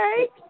okay